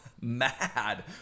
mad